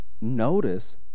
notice